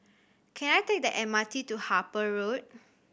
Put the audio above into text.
can I take the M R T to Harper Road